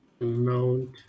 Amount